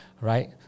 right